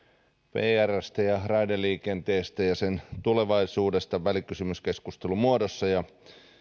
vrstä ja raideliikenteestä ja sen tulevaisuudesta välikysymyskeskustelun muodossa ja